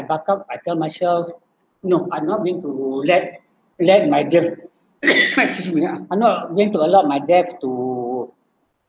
buck up I tell myself no I'm not going to let let my death I'm not going to allow my death to